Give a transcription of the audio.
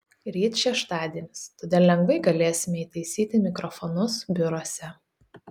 ryt šeštadienis todėl lengvai galėsime įtaisyti mikrofonus biuruose